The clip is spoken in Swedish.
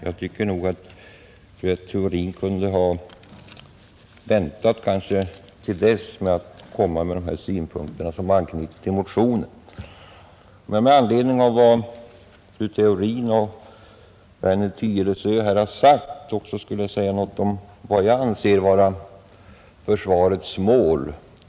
Jag tycker nog att fru Theorin kunde ha väntat till dess med att framföra dessa synpunkter, som var anknutna till motionen. Med anledning av vad fru Theorin och herr Werner i Tyresö sagt vill emellertid också jag anföra något om vad jag anser vara försvarets mål.